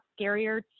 scarier